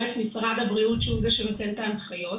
א', משרד הבריאות, שהוא זה שנותן את ההנחיות.